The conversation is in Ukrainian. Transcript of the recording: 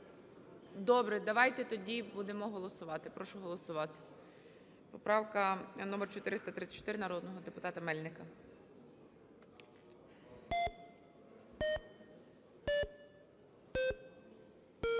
Добре, давайте тоді будемо голосувати. Прошу голосувати. Поправка номер 434 народного депутата Мельника.